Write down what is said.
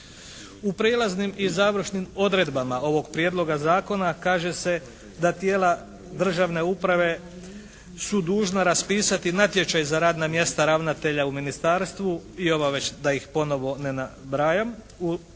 U prijelaznim i završnim odredbama ovog Prijedloga zakona kaže se da tijela državne uprave su dužna raspisati natječaj za radna mjesta ravnatelja u Ministarstvu i ova već, da ih ponovo ne nabrajam u roku